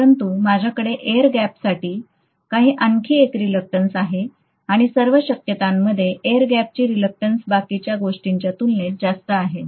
परंतु माझ्याकडे एअर गॅपसाठी काही आणखी एक रिलक्टंस आहे आणि सर्व शक्यतांमध्ये एअर गॅपची रिलक्टंस बाकीच्या गोष्टींच्या तुलनेत जास्त आहे